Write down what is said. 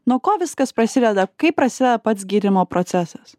nuo ko viskas prasideda kaip prasideda pats gydymo procesas